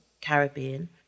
Caribbean